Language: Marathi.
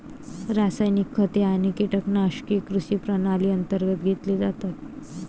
रासायनिक खते आणि कीटकनाशके कृषी प्रणाली अंतर्गत घेतले जातात